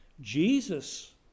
Jesus